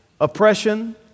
oppression